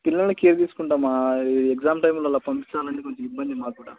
పిల్లలని కేర్ తీసుకుంటాం ఎగ్జామ్ టైమ్లో అలా పంపించాలి అంటే కొంచెం ఇబ్బంది మాకు కూడా